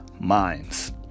minds